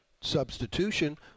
substitution